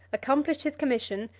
accomplished his commission,